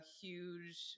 huge